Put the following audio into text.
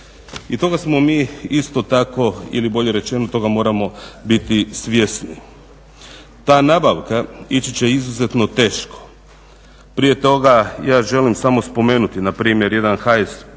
I toga smo mi isto tako ili bolje rečeno toga moramo biti svjesni. Ta nabavka ići će izuzetno teško. Prije toga, ja želim smo spomenuti npr. jedan HS